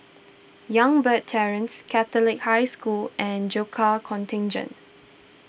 Youngberg Terrace Catholic High School and Gurkha Contingent